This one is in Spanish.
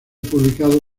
publicado